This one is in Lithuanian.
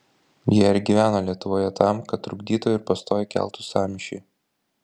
jie ir gyvena lietuvoje tam kad trukdytų ir pastoviai keltų sąmyšį